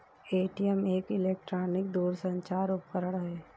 ATM एक electronic दूरसंचार उपकरण है